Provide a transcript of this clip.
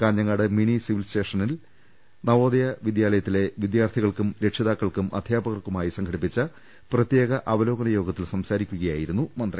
Kanhangad mini civil സ്റ്റേഷനിൽ നവോദയ വിദ്യാലയത്തിലെ വിദ്യാർത്ഥികളുടെ രക്ഷിതാക്കൾക്കും അധ്യാപകർക്കുമായി സംഘടിപ്പിച്ച പ്രത്യേക അവലോകന യോഗ ത്തിൽ സംസാരിക്കുകയായിരുന്നു മന്ത്രി